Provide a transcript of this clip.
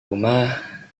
rumah